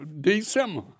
December